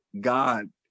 god